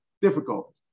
Difficult